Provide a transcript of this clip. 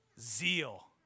Zeal